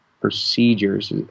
procedures